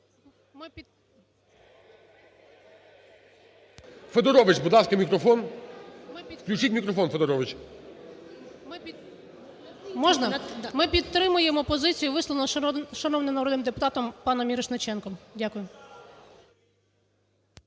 Федорович, будь ласка, мікрофон. Включіть мікрофон Федорович. 11:36:56 ФЕДОРОВИЧ Н.В. Ми підтримуємо позицію, висловлену шановним народним депутатом паном Мірошниченком. Дякую.